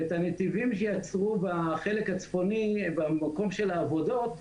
ואת הנתיבים שיצרו בחלק הצפוני במקום של העבודות,